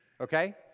okay